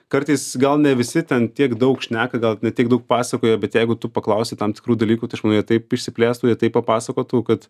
kartais gal ne visi ten tiek daug šneka gal ne tiek daug pasakoja bet jeigu tu paklausi tam tikrų dalykų tai aš manau jie taip išsiplėstų jie taip papasakotų kad